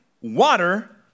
water